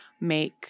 make